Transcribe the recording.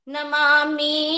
Namami